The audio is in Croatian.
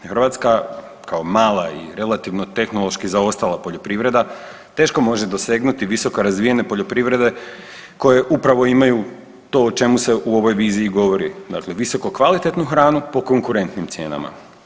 Hrvatska kao mala i relativno tehnološki zaostala poljoprivreda teško može dosegnuti visoko razvijene poljoprivrede koje upravo imaju to o čemu se u ovoj viziji govori, dakle visoko kvalitetnu hranu po konkurentnim cijenama.